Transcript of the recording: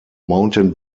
mountain